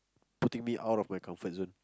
putting me out of my comfort zone